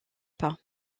pas